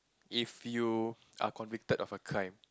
if you are convicted of a crime